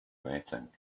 waiting